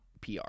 PR